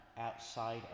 outside